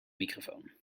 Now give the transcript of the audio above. microfoon